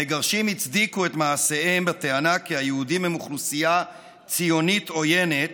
המגרשים הצדיקו את מעשיהם בטענה כי היהודים הם אוכלוסייה ציונית עוינת